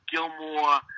Gilmore